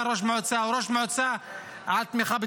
ראש מועצה או ראש מועצה על תמיכה בטרור?